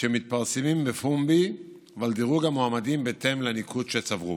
שמתפרסמים בפומבי ועל דירוג המועמדים בהתאם לניקוד שצברו.